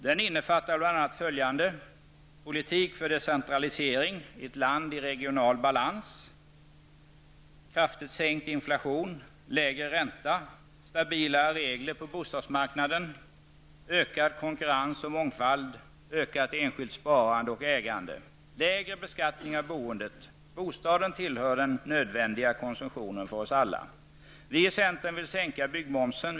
Den innefattar bl.a. politik för decentralisering, ett land i regional balans, kraftigt sänkt inflation, lägre ränta, stabila regler på bostadsmarknaden, ökad konkurrens och mångfald, ökat enskilt sparande och ägande och lägre beskattning av boendet. Bostaden tillhör den nödvändiga konsumtionen för oss alla. Vi i centern vill sänka byggmomsen.